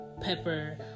pepper